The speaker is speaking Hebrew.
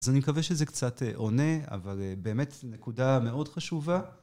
אז אני מקווה שזה קצת עונה, אבל באמת נקודה מאוד חשובה.